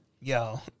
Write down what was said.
Yo